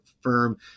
firm